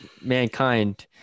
mankind